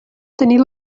tenir